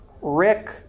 Rick